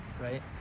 right